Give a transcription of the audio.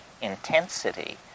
intensity